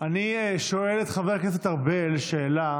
אני שואל את חבר הכנסת ארבל שאלה: